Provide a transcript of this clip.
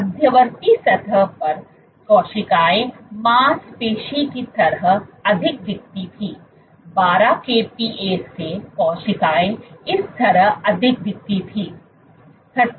मध्यवर्ती सतह पर कोशिकाएं मांसपेशी की तरह अधिक दिखती थीं 12 Kpa से कोशिकाएं इस तरह अधिक दिखती थीं